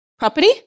Property